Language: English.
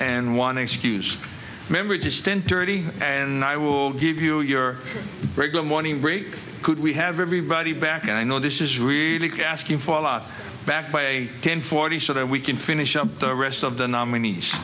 and one excuse member it is ten thirty and i will give you your regular morning break could we have everybody back and i know this is really asking for a lot back by ten forty so that we can finish up the rest of the nominees